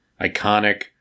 Iconic